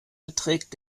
beträgt